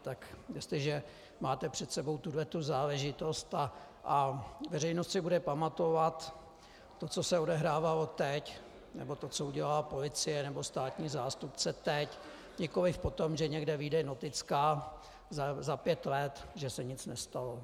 Tak jestliže máte před sebou tuhle záležitost, veřejnost si bude pamatovat to, co se odehrávalo teď, nebo to, co udělá policie nebo státní zástupce teď, nikoliv potom, že někde vyjde noticka za pět let, že se nic nestalo.